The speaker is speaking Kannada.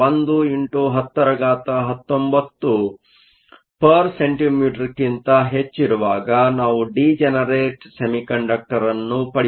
1 x 1019 cm 3 ಕ್ಕಿಂತ ಹೆಚ್ಚಿರುವಾಗ ನಾವು ಡಿಜನರೇಟ್ ಸೆಮಿಕಂಡಕ್ಟರ್ ಅನ್ನು ಪಡೆಯುತ್ತೇವೆ